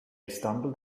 stumbled